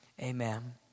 Amen